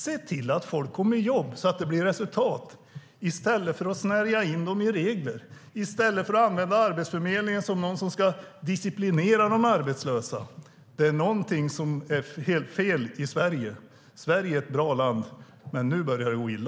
Se till att folk kommer i jobb, så att det blir resultat i stället för att snärja in dem i regler och använda Arbetsförmedlingen för att disciplinera de arbetslösa. Det är någonting som är helt fel i Sverige. Sverige är ett bra land, men nu börjar det gå illa.